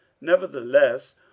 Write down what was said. nevertheless